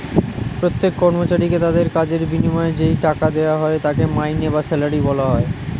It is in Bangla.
প্রত্যেক কর্মচারীকে তাদের কাজের বিনিময়ে যেই টাকা দেওয়া হয় তাকে মাইনে বা স্যালারি বলা হয়